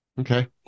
Okay